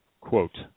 Quote